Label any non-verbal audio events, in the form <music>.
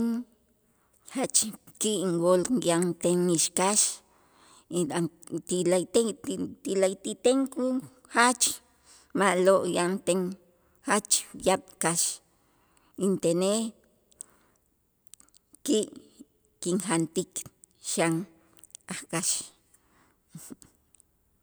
<noise> Jach ki' inwool yanten ixkax <unintelligible> ti la'ayte ti ti la'ayti' ten kun jach ma'lo' yanten jach yaab' kax, intenej ki' kinjantik xan a' kax.